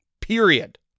Period